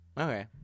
Okay